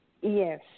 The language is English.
Yes